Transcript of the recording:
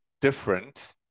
different